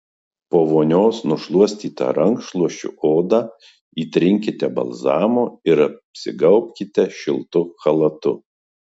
po vonios nušluostytą rankšluosčiu odą įtrinkite balzamu ir apsigaubkite šiltu chalatu